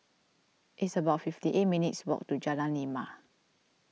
it's about fifty eight minutes' walk to Jalan Lima